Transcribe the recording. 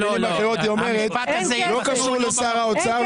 במילים אחרות היא אומרת שזה לא קשור לשר האוצר,